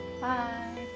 Bye